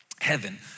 heaven